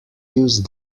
use